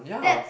yeah